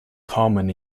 common